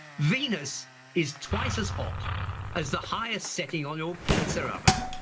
venus is twice as hot as the highest setting on your pizza oven.